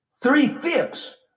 three-fifths